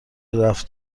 رفت